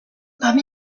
parmi